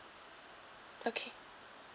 okay